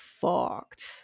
fucked